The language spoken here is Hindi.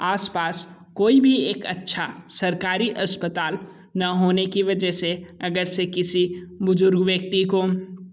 आसपास कोई भी एक अच्छा सरकारी अस्पताल न होने की वजह से अगर से किसी बुजुर्ग व्यक्ति को